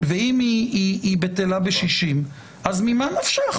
ואם היא בטלה ב-60, אז ממה נפשך?